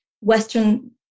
Western